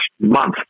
month